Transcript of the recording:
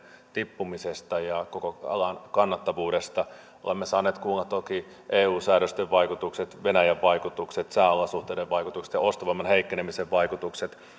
tippumisesta ja koko alan kannattavuudesta olemme saaneet kuulla toki eu säädösten vaikutukset venäjän vaikutukset sääolosuhteiden vaikutukset ja ostovoiman heikkenemisen vaikutukset